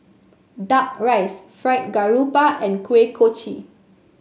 duck rice Fried Garoupa and Kuih Kochi